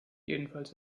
jedenfalls